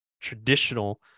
traditional